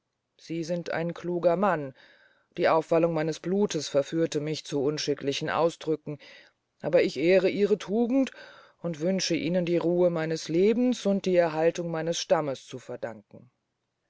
sie sind ein kluger mann die aufwallung meines bluts verführte mich zu unschicklichen ausdrücken aber ich ehre ihre tugend und wünsche ihnen die ruhe meines lebens und die erhaltung meines stammes zu verdanken